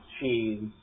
cheese